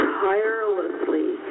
tirelessly